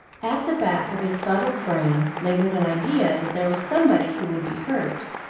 at the back of his fuddled brain lingered an idea that there was somebody who would be hurt.